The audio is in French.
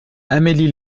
amélie